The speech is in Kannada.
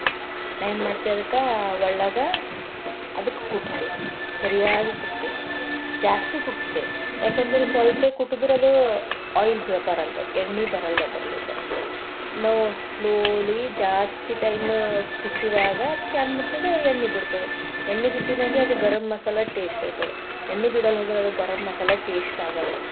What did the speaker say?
ನಾನು ಏನು ಮಾಡ್ತೆ ಅದಕ್ಕೆ ಒಳಗೆ ಅದಕ್ಕೆ ಕುಟ್ಟುತ್ತೆ ಸರಿಯಾಗಿ ಕುಟ್ತೆ ಜಾಸ್ತಿ ಕುಟ್ತೆ ಏಕೆಂದ್ರೆ ಸ್ವಲ್ಪ ಕುಟ್ಟಿದ್ರೂ ಅದು ಆಯಿಲ್ ಬರಲ್ದು ಎಣ್ಣೆ ಬರಲ್ದು ಅದರಿಂದ ನೋ ಸ್ಲೋಲಿ ಜಾಸ್ತಿ ಟೈಮ್ ಕುಟ್ಟಿದಾಗ ಅದಕ್ಕ ಏನು ಮಾಡ್ತಾದ ಎಣ್ಣೆ ಬಿಡ್ತದ ಎಣ್ಣೆ ಬಿಟ್ಟಿನಾಗೇ ಅದು ಗರಂ ಮಸಾಲ ಟೇಸ್ಟ್ ಇರ್ತದ ಎಣ್ಣೆ ಬಿಡಲ್ದೋ ಹೌದೋ ಆಳ್ವ ಗರಂಮಸಾಲ ಟೇಸ್ಟ್ ಆಗಲ್ದೊ